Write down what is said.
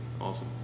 Awesome